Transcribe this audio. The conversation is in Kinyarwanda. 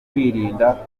kwirirwa